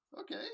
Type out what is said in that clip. Okay